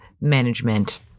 Management